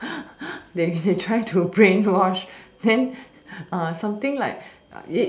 they they try to brainwash then uh something like